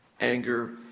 Anger